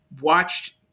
watched